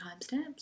timestamps